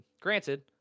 Granted